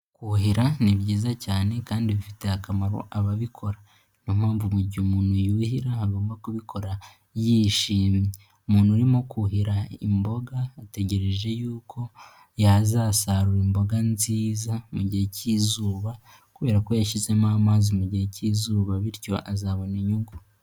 Kuhira ni byiza cyane kandi bifitiye akamaro ababikora, niyo mpamvu mu gihe umuntu yuhira agomba kubikora yishimye, umuntu urimo kuhira imboga ategereje yuko yazasarura imboga nziza mu gihe cy'izuba kubera ko yashyizemo amazi mu gihe cy'izuba, bityo azabona inyungu.